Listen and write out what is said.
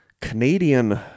Canadian